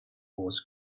wars